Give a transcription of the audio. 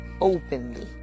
openly